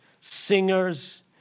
singers